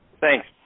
Thanks